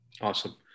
Awesome